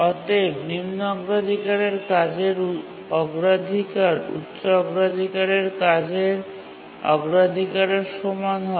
অতএব নিম্ন অগ্রাধিকারের কাজের অগ্রাধিকার উচ্চ অগ্রাধিকারের কাজের অগ্রাধিকারের সমান হয়